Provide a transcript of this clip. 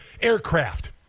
aircraft